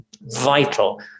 vital